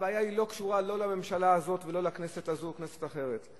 הבעיה לא קשורה לא לממשלה הזאת ולא לכנסת הזאת או לכנסת אחרת.